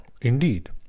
indeed